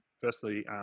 firstly